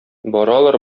баралар